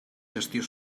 gestió